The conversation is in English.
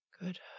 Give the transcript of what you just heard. Good